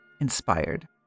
inspired